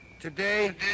Today